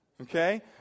Okay